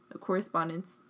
correspondence